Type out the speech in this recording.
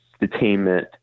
detainment